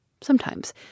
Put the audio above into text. Sometimes